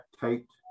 taped